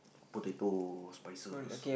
potato spices